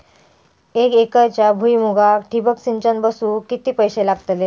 एक एकरच्या भुईमुगाक ठिबक सिंचन बसवूक किती पैशे लागतले?